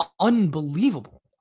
Unbelievable